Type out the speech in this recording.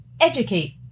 educate